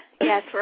Yes